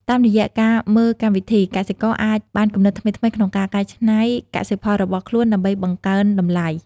តាមរយៈការមើលកម្មវិធី កសិករអាចបានគំនិតថ្មីៗក្នុងការកែច្នៃកសិផលរបស់ខ្លួនដើម្បីបង្កើនតម្លៃ។